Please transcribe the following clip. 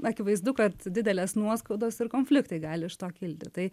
akivaizdu kad didelės nuoskaudos ir konfliktai gali iš to kilti tai